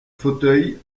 fauteuil